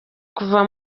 kuva